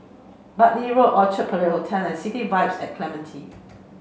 Bartley Walk Orchard Parade Hotel and City Vibe at Clementi